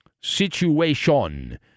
situation